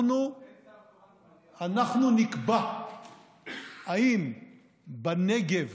אנחנו נקבע אם בנגב